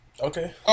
Okay